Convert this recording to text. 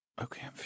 Okay